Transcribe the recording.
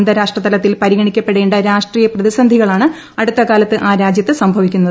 അന്താരാഷ്ട്രിയലത്തിൽ പരിഗണിക്കപ്പെടേ രാഷ്ട്രീയ പ്രതിസന്ധികളാണ് അടുത്തിക്കാല്ത്ത് ആ രാജ്യത്ത് സംഭവിക്കുന്നത്